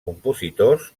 compositors